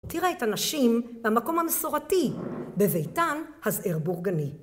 תראה את הנשים במקום המסורתי, בביתן הזעיר-בורגני.